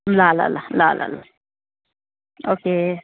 ल ल ल ल ल ल ओके